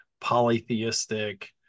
polytheistic